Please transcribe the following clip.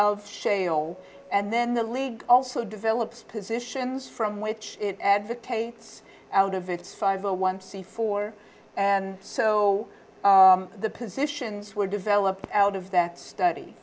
of shale and then the league also develops positions from which it advocates out of its five a one c four and so the positions were developed out of that study